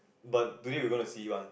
but today we gonna see one